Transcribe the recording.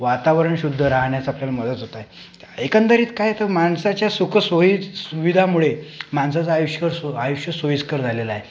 वातावरण शुद्ध राहण्याचा आपल्याला मदत होत आहे तर एकंदरीत काय तर माणसाच्या सुखसोई सुविधामुळे माणसाचं आयुष्य स् आयुष्य सोयिस्कर झालेलं आहे